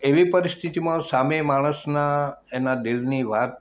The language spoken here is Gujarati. એવી પરિસ્થિતિમાં સામે માણસના એના દિલની વાત